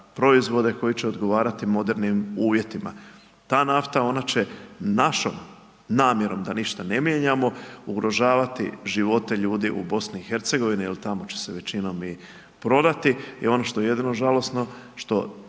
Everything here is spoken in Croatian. proizvode koji će odgovarat modernim uvjetima. Ta nafta, ona će našom namjerom da ništa ne mijenjamo, ugrožavati živote ljudi u BiH jel tamo će se većinom i prodati i ono što je jedino žalosno što